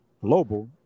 global